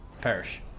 perish